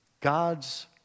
God's